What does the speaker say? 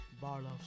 Barlow